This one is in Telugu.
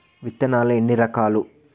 విత్తనాలు ఎన్ని రకాలు?